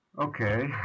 Okay